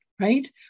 Right